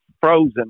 frozen